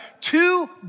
two